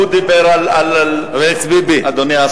התחלת בלעדי.